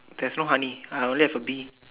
there's no honey I only have a bee